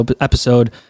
episode